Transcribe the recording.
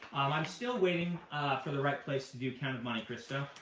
i'm still waiting for the right place to do count of monte cristo.